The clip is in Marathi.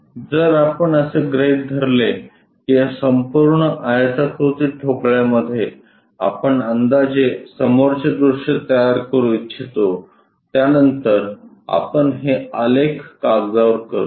जर आपण असे गृहित धरले की या संपूर्ण आयताकृती ठोकळ्यामधे आपण अंदाजे समोरचे दृश्य तयार करू इच्छितो त्यानंतर आपण हे आलेख कागदावर करू